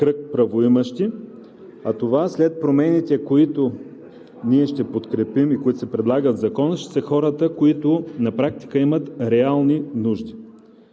кръг правоимащи, а това, след промените, които ние ще подкрепим и се предлагат в Закона, ще са хората, които на практика имат реални нужди.